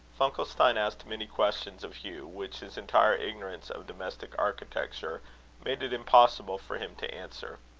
funkelstein asked many questions of hugh, which his entire ignorance of domestic architecture made it impossible for him to answer.